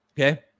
okay